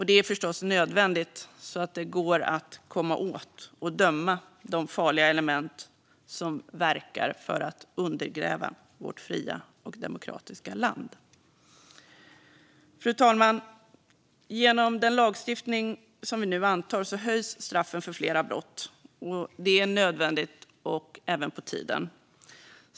Det är förstås nödvändigt, så att det går att komma åt att döma de farliga element som verkar för att undergräva vårt fria och demokratiska land. Fru talman! Genom den lagstiftning som vi nu antar höjs straffen för flera brott, och det är nödvändigt och även på tiden.